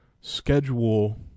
schedule